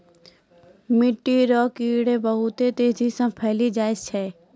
मिट्टी रो कीड़े बहुत तेजी से फैली जाय छै